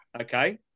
Okay